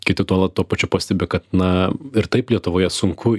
kiti tuola tuo pačiu pastebi kad na ir taip lietuvoje sunku